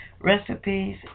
recipes